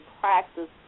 practice